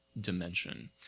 dimension